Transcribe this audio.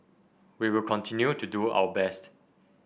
we will continue to do our best